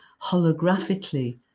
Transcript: holographically